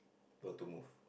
don't want to move